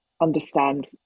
understand